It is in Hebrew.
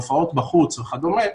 הופעות בחוץ וכדומה,